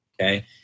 Okay